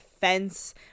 fence